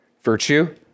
virtue